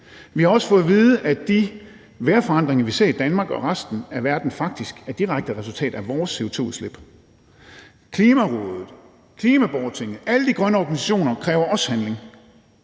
Vi har også fået at vide, at de vejrforandringer, vi ser i Danmark og i resten af verden, faktisk er et direkte resultat af vores CO2-udslip. Klimarådet, Klimaborgertinget, alle de grønne organisationer kræver også handling.